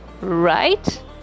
right